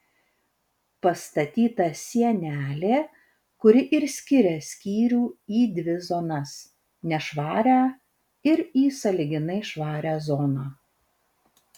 pastatyta sienelė kuri ir skiria skyrių į dvi zonas nešvarią ir į sąlyginai švarią zoną